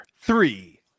three